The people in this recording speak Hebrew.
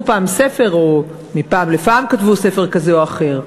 פעם ספר או מפעם לפעם כתבו ספר כזה או אחר,